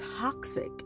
toxic